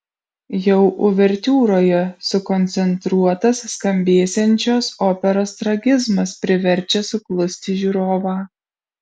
jau uvertiūroje sukoncentruotas skambėsiančios operos tragizmas priverčia suklusti žiūrovą